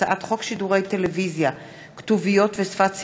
הצעת חוק שידורי טלוויזיה (כתוביות ושפת סימנים)